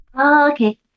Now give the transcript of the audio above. Okay